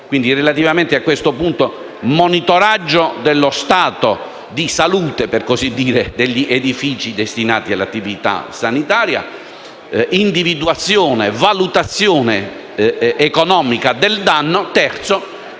Quindi, relativamente a questo punto: monitoraggio dello stato di salute degli edifici destinati all'attività sanitaria; individuazione e valutazione economica del danno;